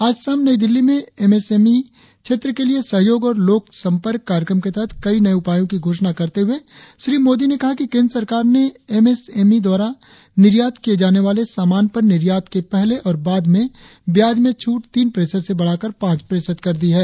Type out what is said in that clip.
आज शाम नई दिल्ली में एम एस एम ई क्षेत्र के लिए सहयोग और लोक संपर्क कार्यक्रम के तहत कई नये उपायों की घोषणा करते हुए श्री मोदी ने कहा कि केंद्र सरकार ने एम एस एम ई द्वारा निर्यात किए जाने वाले सामान पर निर्यात के पहले और बाद में ब्याज में छूट तीन प्रतिशत से बढ़ाकर पांच प्रतिशत कर दी है